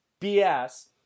BS